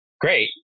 great